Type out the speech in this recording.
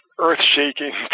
earth-shaking